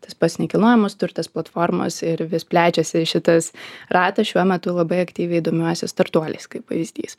tas pats nekilnojamas turtas platformos ir vis plečiasi šitas ratas šiuo metu labai aktyviai domiuosi startuoliais kaip pavyzdys